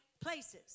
places